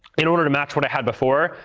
in order to match what i had before.